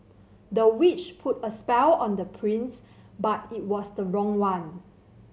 the witch put a spell on the prince but it was the wrong one